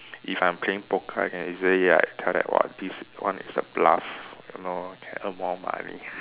if I'm playing poker I can easily like tell what this what is the bluff you know can earn more money